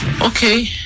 okay